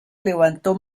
levantó